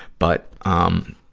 but, um,